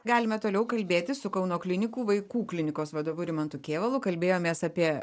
galime toliau kalbėtis su kauno klinikų vaikų klinikos vadovu rimantu kėvalu kalbėjomės apie